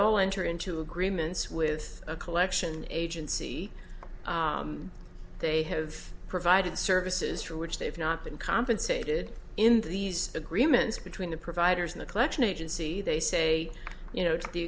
all enter into agreements with a collection agency they have provided services for which they've not been compensated in these agreements between the providers in the collection agency they say you know to the